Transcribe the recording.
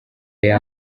aya